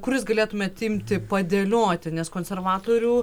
kur jūs galėtumėt imti padėlioti nes konservatorių